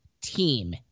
team